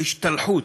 ההשתלחות